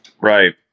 Right